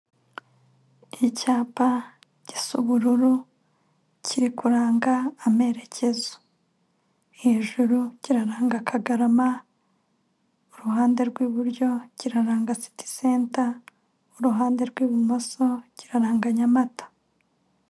Icyapa gisa ubururu, kiri kuranga amerekezo. Hejuru kiraranga Kagarama, iruhande rw'buryo kiraranga siti senta, iruhande rw'ibumoso kiraranga Nyamata.